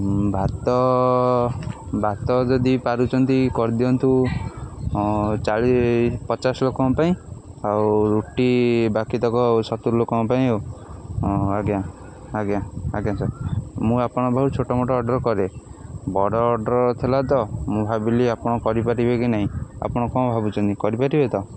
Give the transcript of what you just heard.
ଭାତ ଭାତ ଯଦି ପାରୁଛନ୍ତି କରିଦିଅନ୍ତୁ ଚାଳିଶ୍ ପଚାଶ୍ ଲୋକଙ୍କ ପାଇଁ ଆଉ ରୁଟି ବାକି ତକ ସତୁର୍ ଲୋକଙ୍କ ପାଇଁ ଆଉ ଆଜ୍ଞା ଆଜ୍ଞା ଆଜ୍ଞା ସାର୍ ମୁଁ ଆପଣ ଯୋଉ ଛୋଟ ମୋଟ ଅର୍ଡ଼ର୍ କରେ ବଡ଼ ଅର୍ଡ଼ର୍ ଥିଲା ତ ମୁଁ ଭାବିଲି ଆପଣ କରିପାରିବେ କି ନାହିଁ ଆପଣ କ'ଣ ଭାବୁଛନ୍ତି କରିପାରିବେ ତ